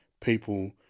people